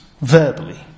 verbally